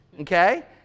okay